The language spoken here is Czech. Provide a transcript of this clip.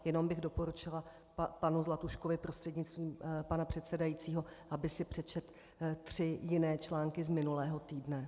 Jenom bych doporučila panu Zlatuškovi prostřednictvím pana předsedajícího, aby si přečetl tři jiné články z minulého týdne.